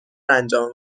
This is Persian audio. انجام